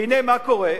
והנה, מה קורה?